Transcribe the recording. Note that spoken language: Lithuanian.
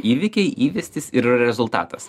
įvykiai įvestys ir yra rezultatas